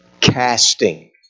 Casting